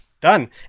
done